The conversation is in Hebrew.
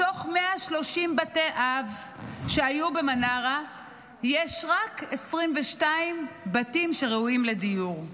מתוך 130 בתי אב שהיו במנרה יש רק 22 בתים שראויים לדיור.